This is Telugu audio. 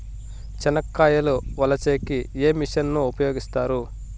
చెనక్కాయలు వలచే కి ఏ మిషన్ ను ఉపయోగిస్తారు?